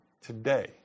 today